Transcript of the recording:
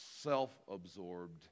self-absorbed